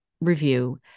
review